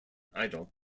idol